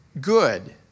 good